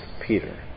Peter